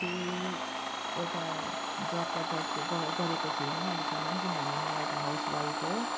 केही एउटा जब त गर्छु गरेको छुइनँ अहिलेसम्म किनभने म एउटा हाउस वाइफ हो